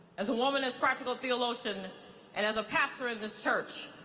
as a woman as practical theologian and as a pastor in this church,